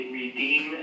redeem